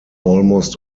almost